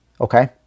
Okay